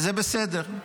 זה בסדר.